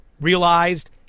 realized